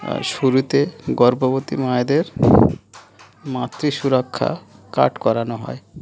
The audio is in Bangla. আর শুরুতে গর্ভবতী মায়েদের মাতৃ সুরক্ষা কার্ড করানো হয়